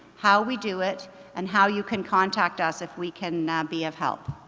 how we do it and how you can contact us if we can be of help.